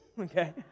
okay